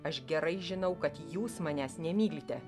aš gerai žinau kad jūs manęs nemylite